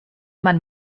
man